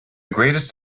greatest